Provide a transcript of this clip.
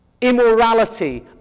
immorality